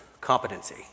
competency